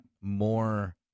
more